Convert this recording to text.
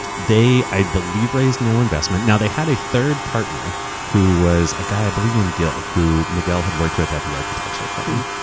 they, i believe raised no investment. now, they had a third partner who was a guy i believe named gil, who miguel had worked with at the architecture firm.